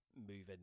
moving